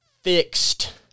fixed